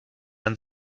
ein